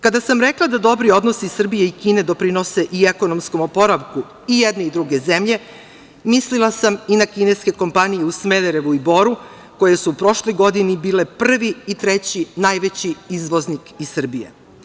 Kada sam rekla da dobri odnosi Srbije i Kine doprinose i ekonomskom oporavku i jedne i druge zemlje, mislila sam i na kineske kompanije u Smederevu i Boru koje su u prošloj godini bile prvi i treći najveći izvoznik iz Srbije.